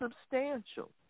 substantial